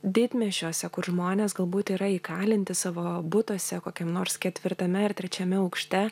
didmiesčiuose kur žmonės galbūt yra įkalinti savo butuose kokiam nors ketvirtame ar trečiame aukšte